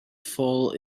full